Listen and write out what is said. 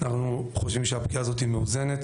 אנחנו חושבים שהפגיעה הזאת היא מאוזנת